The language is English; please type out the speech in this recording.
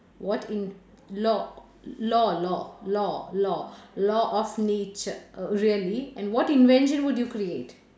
what in law law law law law law of nature really and what invention would you create